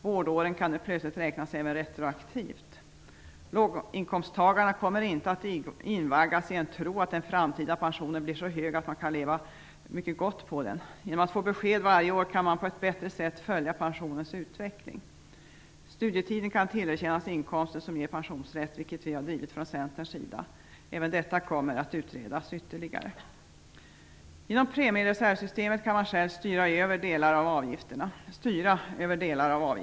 Vårdåren kan nu plötsligt räknas även retroaktivt. Låginkomsttagare kommer inte att invaggas i en tro att den framtida pensionen bli så hög att de kan leva mycket gott på den. Genom att få besked varje år kan man på ett bättre sätt följa pensionens utveckling. Studietiden kan tillerkännas inkomster som ger pensionsrätt, vilket vi har drivit från Centerns sida. Även detta kommer att utredas ytterligare. Genom premiereservsystemet kan man själv styra över delar av avgifterna.